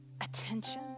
attention